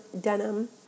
denim